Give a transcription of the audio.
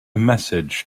message